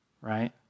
right